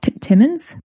timmins